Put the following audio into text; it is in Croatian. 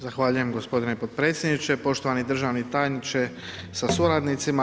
Zahvaljujem gospodine potpredsjedniče, poštovani državni tajniče sa suradnicima.